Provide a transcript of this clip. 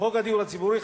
חוק הדיור הציבורי,